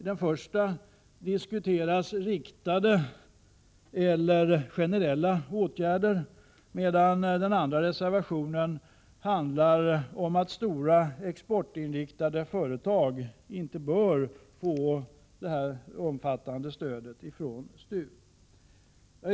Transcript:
I reservation 21 diskuteras riktade eller generella åtgärder, medan det i reservation 22 framhålls att stora, exportinriktade företag inte bör få detta omfattande stöd från STU.